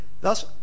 Thus